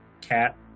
Cat